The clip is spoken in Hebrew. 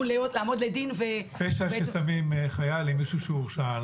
לעמוד לדין --- פשע ששמים חייל עם מישהו שהורשע.